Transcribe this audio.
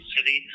City